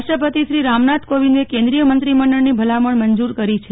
રાષ્ટ્રપતિશ્રી રામનાથ કોવિંદે કેન્દ્રિય મંત્રીમંડળની ભલામણ મંજૂર કરી છે